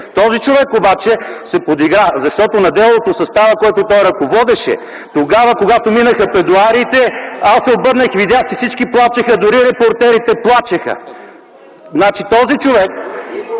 Този човек обаче се подигра, защото на делото съставът, който той ръководеше тогава, когато минаха пледоариите, аз се обърнах и видях, че всички плачеха, дори репортерите плачеха. Този човек